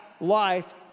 Life